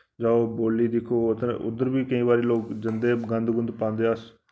जाओ बौली दिक्खो उद्धर बी केईं बारी लोक जन्दे गंद गुंद पांदे अस